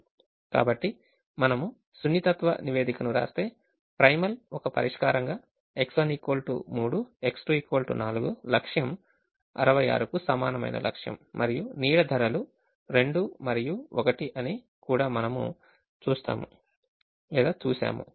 కాబట్టి మనము సున్నితత్వ నివేదికను రాస్తే ప్రైమల్ ఒక పరిష్కారంగా X1 3 X2 4 లక్ష్యం 66 కు సమానమైన లక్ష్యం మరియు నీడ ధరలు 2 మరియు 1 అని కూడా మనము చూసాము